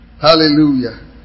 Hallelujah